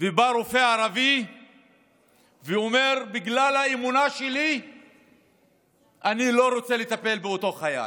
ובא רופא ערבי ואומר: בגלל האמונה שלי אני לא רוצה לטפל באותו חייל.